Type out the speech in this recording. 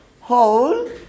hole